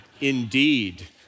indeed